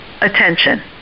attention